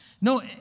No